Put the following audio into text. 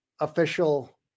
official